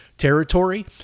territory